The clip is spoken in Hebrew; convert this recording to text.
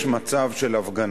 יש מצב של הפגנה,